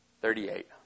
Thirty-eight